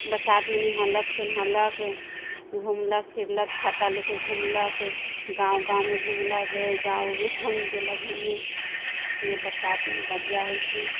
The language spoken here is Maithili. बरसात मे नहेलक सुनेलक घूमलक फिरलक छाता लेके घूमलक गाँव गाँव मे घूमलक एहि गाँव ओहि गाँव गेलै घूमे इसलिए बरसात बढ़िया होइ छै